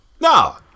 No